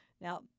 Now